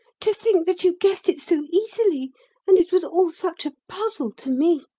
to think that you guessed it so easily and it was all such a puzzle to me.